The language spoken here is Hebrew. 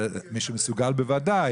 מי שמסוגל, בוודאי.